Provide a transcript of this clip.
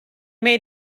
may